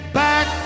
back